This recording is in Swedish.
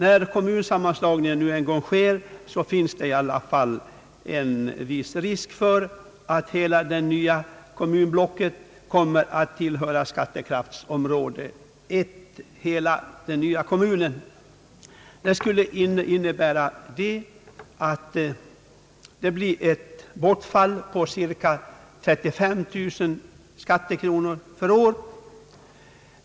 När kommunsammanslagningen en gång sker finns det i alla fall en viss risk för att hela det nya kommunblocket kommer att tillhöra skattekraftsområde 1. Det skulle innebära att det blir ett bortfall på cirka 35 000 skattekronor per år.